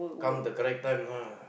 come the correct time lah